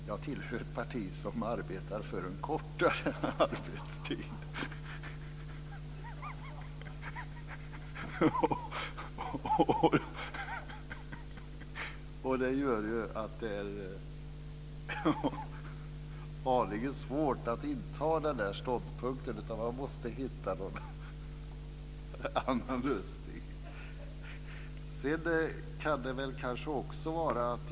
Jag tillhör ett parti som arbetar för en kortare arbetstid, och det gör att det är aningen svårt att inta den ståndpunkten. Man måste hitta någon annan lösning.